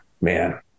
man